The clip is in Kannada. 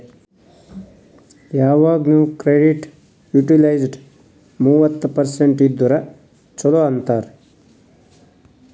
ಯವಾಗ್ನು ಕ್ರೆಡಿಟ್ ಯುಟಿಲೈಜ್ಡ್ ಮೂವತ್ತ ಪರ್ಸೆಂಟ್ ಇದ್ದುರ ಛಲೋ ಅಂತಾರ್